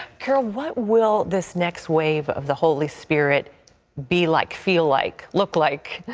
carol, what will this next wave of the holy spirit be like, feel like, look like?